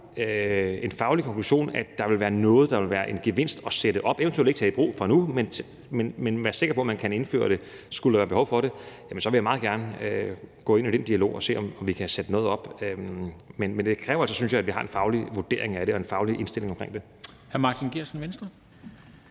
faglig konklusion, der siger, at der ville være noget, der ville være en gevinst i at sætte i gang – eventuelt ikke for at tage det i brug fra nu af, men så man ville kunne være sikker på, at man ville kunne indføre det, hvis der skulle være behov for det – vil jeg meget gerne gå ind i den dialog og se, om vi kan sætte noget op. Men jeg synes altså, at det kræver, at vi har en faglig vurdering af det og en faglig indstilling til det.